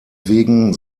wegen